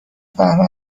فهمه